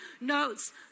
Notes